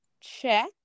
Check